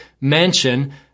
mansion